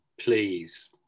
please